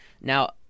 Now